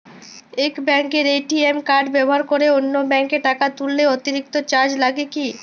এক ব্যাঙ্কের ATM card ব্যবহার করে অন্য ব্যঙ্কে টাকা তুললে অতিরিক্ত চার্জ লাগে কি?